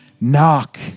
Knock